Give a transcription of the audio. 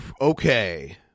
Okay